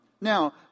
Now